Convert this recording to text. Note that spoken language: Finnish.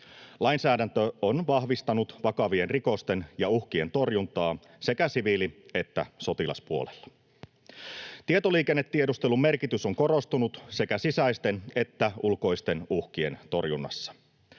Lainsäädäntö on vahvistanut vakavien rikosten ja uhkien torjuntaa sekä siviili- että sotilaspuolella. Tietoliikennetiedustelun merkitys on korostunut sekä sisäisten että ulkoisten uhkien torjunnassa.